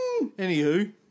Anywho